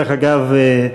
דרך אגב,